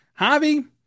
Javi